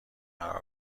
قرار